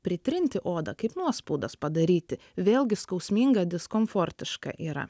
pritrinti odą kaip nuospaudas padaryti vėlgi skausminga diskomfortiška yra